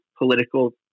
political